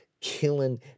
killing